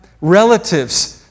relatives